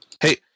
Hey